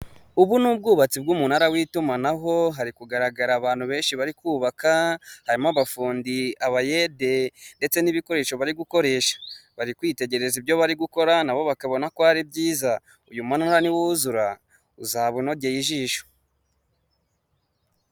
Ubu ni ubwubatsi bw'umunara w'itumanaho, hari kugaragara abantu benshi bari kubaka, harimo abafundi, abayede ndetse n'ibikoresho bari gukoresha. Bari kwitegereza ibyo bari gukora nabo bakabona ko ari byiza. Uyu munara niwuzura uzaba unogeye ijisho.